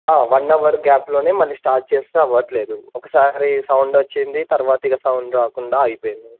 ఆ one hour gap లోనే మళ్ళీ స్టార్ట్ చేస్తే అవ్వట్లేదు ఒకసారి సౌండ్ వచ్చింది తర్వాత ఇక సౌండ్ రాకుండా అయిపోయింది